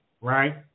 Right